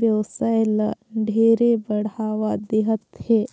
बेवसाय ल ढेरे बढ़ावा देहत हे